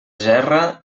gerra